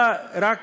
שבא רק